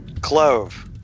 Clove